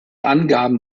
angaben